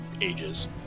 ages